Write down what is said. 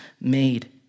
made